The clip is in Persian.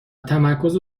تمرکز